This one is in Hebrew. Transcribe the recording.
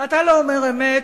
אתה לא אומר אמת,